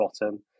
bottom